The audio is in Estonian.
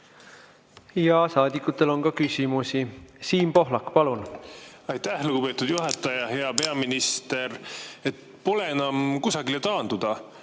Ja saadikutel on ka küsimusi. Siim Pohlak, palun! Aitäh, lugupeetud juhataja! Hea peaminister! Pole enam kusagile taanduda.